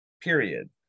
period